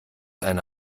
eine